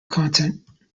content